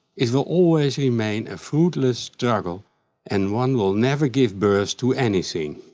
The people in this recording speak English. it will always remain a fruitless struggle and one will never give birth to anything.